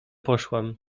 poszłam